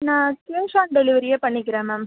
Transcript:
நான் cash on டெலிவரியே பண்ணிக்கிறேன் மேம்